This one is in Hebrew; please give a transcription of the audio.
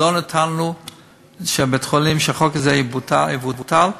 ולא נתנו שהחוק הזה לגבי בית-החולים יבוטל.